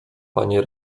panie